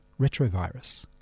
retrovirus